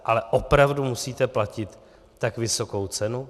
Ale opravdu musíte platit tak vysokou cenu?